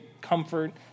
comfort